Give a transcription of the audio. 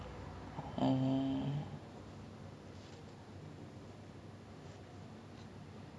ya ya ya then then we sit down we do our homework together then they got me through a lot of stuff lah I'm really thankful for my neighbours